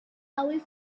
away